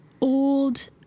old